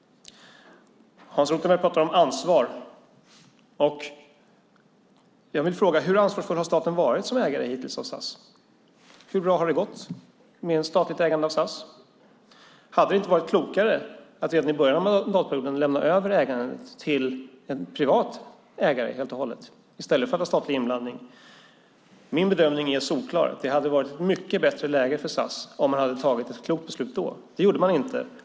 Hans Rothenberg talar om ansvar. Hur ansvarsfull har staten hittills varit som ägare av SAS? Hur bra har det gått med statligt ägande? Hade det inte varit klokare att redan i början av mandatperioden helt lämna över ägandet till en privat ägare i stället för att ha statlig inblandning. Min bedömning är solklar: Det hade varit ett mycket bättre läge för SAS om man hade tagit ett klokt beslut då. Det gjorde man inte.